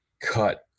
cut